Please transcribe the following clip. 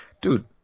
dude